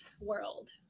world